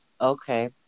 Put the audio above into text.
Okay